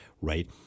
right